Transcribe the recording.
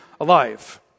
alive